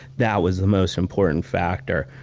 that was the most important factor.